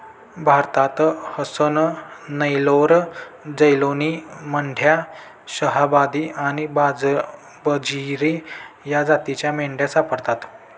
भारतात हसन, नेल्लोर, जालौनी, मंड्या, शाहवादी आणि बजीरी या जातींच्या मेंढ्या सापडतात